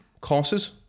courses